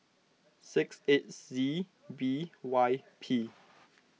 six eight Z B Y P